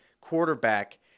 quarterback